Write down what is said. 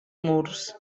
murs